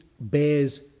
bears